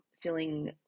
feeling